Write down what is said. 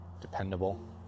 dependable